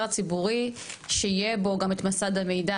הציבורי שיהיה בו גם את מסד המידע.